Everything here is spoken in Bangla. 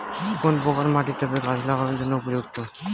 কোন প্রকার মাটি টবে গাছ লাগানোর জন্য উপযুক্ত?